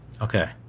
okay